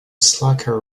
slacker